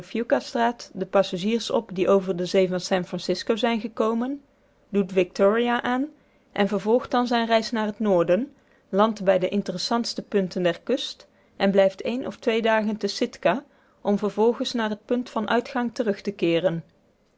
fucastraat de passagiers op die over zee van san francisco zijn gekomen doet victoria aan en vervolgt dan zijne reis naar het noorden landt bij de interessantste punten der kust en blijft een of twee dagen te sitka om vervolgens naar het punt van uitgang terug te keeren